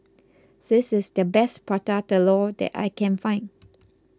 this is the best Prata Telur that I can find